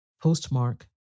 Postmark